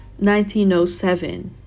1907